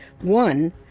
One